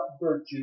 virtue